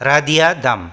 राडिया दाम